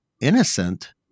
innocent